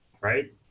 right